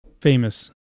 famous